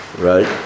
right